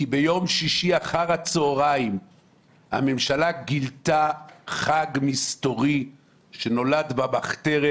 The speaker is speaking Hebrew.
כי ביום שישי אחר הצוהריים הממשלה גילתה חג מסתורי שנולד במחתרת,